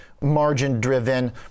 margin-driven